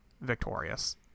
Victorious